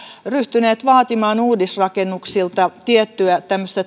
ryhtyneet vaatimaan uudisrakennuksilta tiettyä